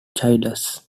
childless